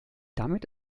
damit